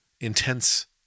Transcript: intense